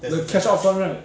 the cash out fund right